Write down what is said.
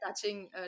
touching